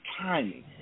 timing